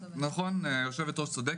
נכון, יושבת הראש צודקת.